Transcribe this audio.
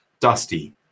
Dusty